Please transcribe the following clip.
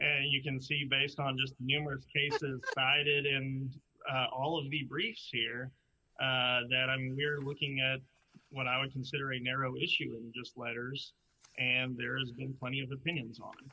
and you can see based on just numerous cases cited in all of the briefs here that i mean we're looking at what i would consider a narrow issue and just letters and there's been plenty of the binion's on